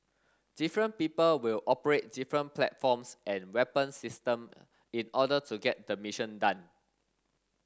different people will operate different platforms and weapon system in order to get the mission done